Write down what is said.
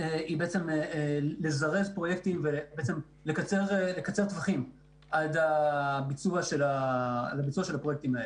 היא בעצם לזרז פרויקטים ולקצר טווחים עד הביצוע של הפרויקטים האלה.